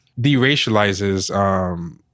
deracializes